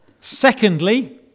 Secondly